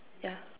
yeah